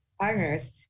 partners